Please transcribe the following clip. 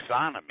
taxonomy